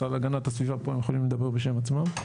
המשרד להגנת הסביבה פה, הם יכולים לדבר בשם עצמם.